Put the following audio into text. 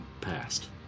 past